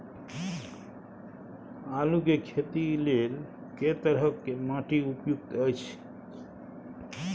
आलू के खेती लेल के तरह के माटी उपयुक्त अछि?